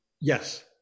Yes